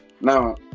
now